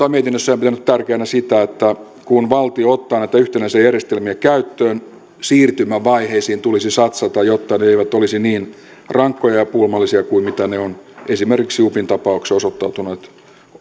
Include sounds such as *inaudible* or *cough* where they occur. *unintelligible* on mietinnössään pitänyt tärkeänä sitä että kun valtio ottaa näitä yhtenäisiä järjestelmiä käyttöön siirtymävaiheisiin tulisi satsata jotta ne eivät olisi niin rankkoja ja pulmallisia kuin ne ovat esimerkiksi upin tapauksessa osoittautuneet